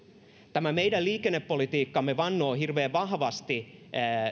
tämä meidän liikennepolitiikkamme vannoo hirveän vahvasti